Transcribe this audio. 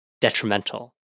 detrimental